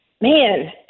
man